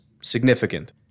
significant